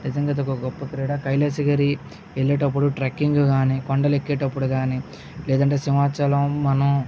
నిజంగా అది ఒక గొప్ప క్రీడ కైలాసగిరి వెళ్ళేటప్పుడు ట్రక్కింగ్ కానీ కొండ ఎక్కేటప్పుడు కానీ లేదంటే సింహాచలం మన